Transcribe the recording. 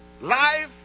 life